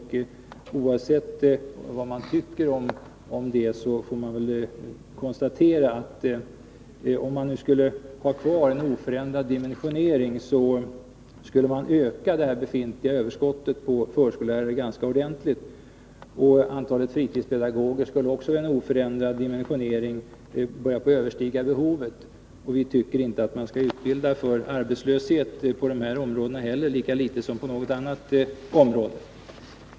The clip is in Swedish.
Oavsett vad man tycker om detta, får man konstatera att en oförändrad dimensionering skulle öka det befintliga överskottet på förskollärare ganska ordentligt. Antalet fritidspedagoger skulle också, vid en oförändrad dimensionering, överstiga behovet. Vi tycker inte att man skall utbilda för arbetslöshet på dessa områden, lika litet som på något annat område.